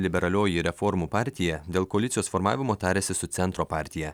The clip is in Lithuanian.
liberalioji reformų partija dėl koalicijos formavimo tariasi su centro partija